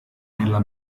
nella